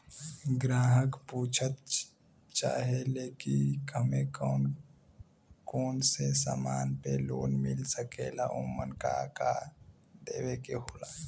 ग्राहक पुछत चाहे ले की हमे कौन कोन से समान पे लोन मील सकेला ओमन का का देवे के होला?